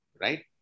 right